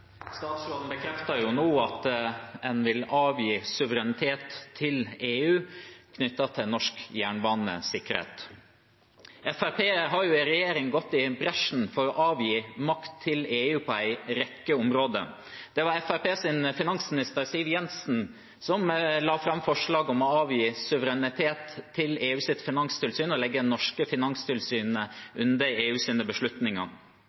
Statsråden bekreftet jo nå at en vil avgi suverenitet til EU knyttet til norsk jernbanesikkerhet. Fremskrittspartiet har i regjering gått i bresjen for å avgi makt til EU på en rekke områder. Det var Fremskrittspartiets finansminister Siv Jensen som la fram forslag om å avgi suverenitet til EUs finanstilsyn og legge det norske finanstilsynet under EUs beslutninger.